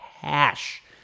cash